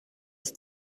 ist